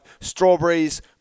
strawberries